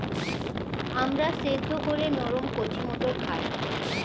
আমরা সেদ্ধ করে নরম কচি মটর খাই